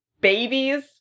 babies